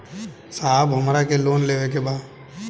साहब हमरा के लोन लेवे के बा